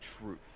truth